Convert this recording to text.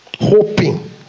hoping